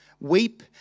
Weep